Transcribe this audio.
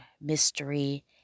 Mystery